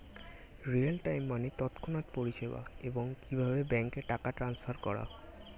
real time মানে তৎক্ষণাৎ পরিষেবা, এবং কিভাবে ব্যাংকে টাকা ট্রান্সফার করা